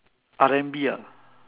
R&B ah